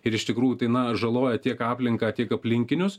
ir iš tikrųjų tai na žaloja tiek aplinką tiek aplinkinius